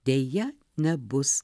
deja nebus